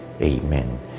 Amen